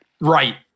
Right